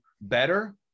better